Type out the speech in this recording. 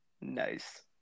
nice